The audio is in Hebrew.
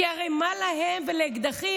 כי הרי מה להם ולאקדחים?